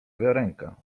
wiarenka